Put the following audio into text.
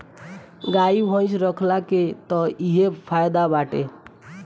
गाई भइस रखला के तअ इहे फायदा बाटे